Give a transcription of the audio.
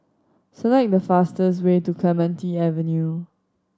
select the fastest way to Clementi Avenue